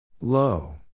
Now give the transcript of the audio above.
Low